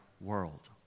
world